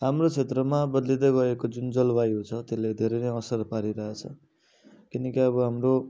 हाम्रो क्षेत्रमा बद्लिँदै गएको जुन जलवायुहरू छ त्यसले धेरै नै असर पारिरहेको छ किनकि अब हाम्रो